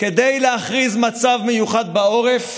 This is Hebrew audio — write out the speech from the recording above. כדי להכריז מצב מיוחד בעורף